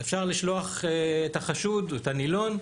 אפשר לשלוח את החשוד, את הנילון,